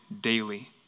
daily